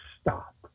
Stop